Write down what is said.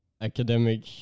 academic